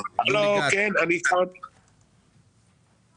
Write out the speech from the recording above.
מנהל חטיבה ארצי בהסתדרות עובדי הבניין והעץ,